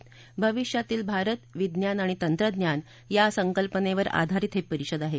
भविष्यातील भारतः विज्ञान आणि तंत्रज्ञान या संकल्पनेवर आधारीत हे परिषद आहे